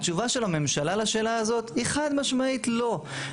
התשובה של הממשלה לשאלה הזאת היא חד משמעית לא.